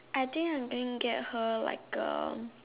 I think I'm going get her like a